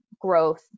growth